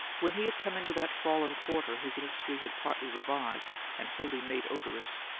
when he had come into that fallen quarter his industry had partly revived and wholly made odorous,